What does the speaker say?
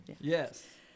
Yes